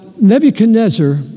Nebuchadnezzar